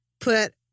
put